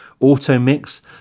Auto-mix